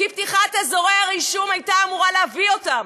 כי פתיחת אזורי הרישום הייתה אמורה להביא אותם,